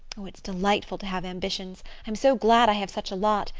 oh, it's delightful to have ambitions. i'm so glad i have such a lot.